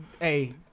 hey